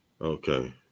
Okay